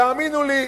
והאמינו לי,